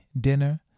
dinner